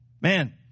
Man